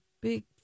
big